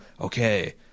okay